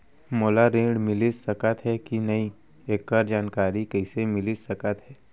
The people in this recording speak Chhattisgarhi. मोला ऋण मिलिस सकत हे कि नई एखर जानकारी कइसे मिलिस सकत हे?